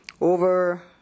over